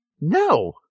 No